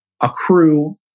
accrue